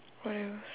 what else